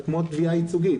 זה כמו תביעה ייצוגית.